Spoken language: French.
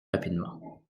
rapidement